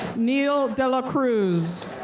neil delacruz.